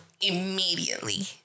immediately